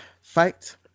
fight